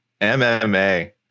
MMA